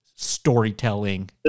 storytelling